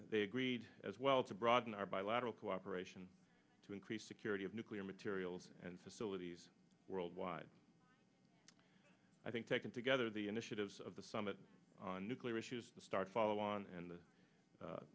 they agreed as well to broaden our bilateral cooperation to increase security of nuclear materials and facilities worldwide i think taken together the initiatives of the summit on nuclear issues start follow on and